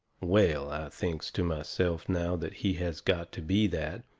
well, i thinks to myself now that he has got to be that,